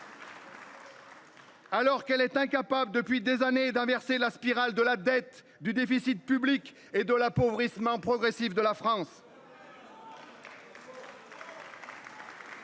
Alors qu'elle est incapable depuis des années d'inverser la spirale de la dette du déficit public et de l'appauvrissement progressif de la France.